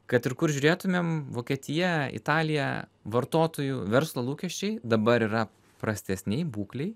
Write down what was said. kad ir kur žiūrėtumėm vokietija italija vartotojų verslo lūkesčiai dabar yra prastesnėj būklėj